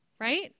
right